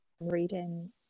reading